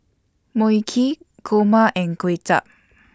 Mui Kee Kurma and Kuay Chap